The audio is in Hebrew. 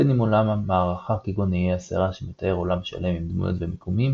בין אם עולם מערכה כגון איי הסערה שמתאר עולם שלם עם דמויות ומיקומים,